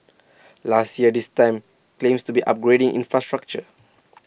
last year this time claims to be upgrading infrastructure